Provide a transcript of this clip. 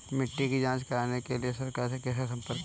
मिट्टी की जांच कराने के लिए सरकार से कैसे संपर्क करें?